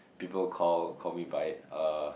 people call call me by uh